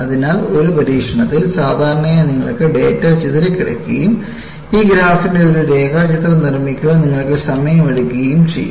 അതിനാൽ ഒരു പരീക്ഷണത്തിൽ സാധാരണയായി നിങ്ങൾക്ക് ഡാറ്റ ചിതറിക്കിടക്കുകയും ഈ ഗ്രാഫിന്റെ ഒരു രേഖാചിത്രം നിർമ്മിക്കാൻ നിങ്ങൾക്ക് സമയം എടുക്കുകയും ചെയ്യും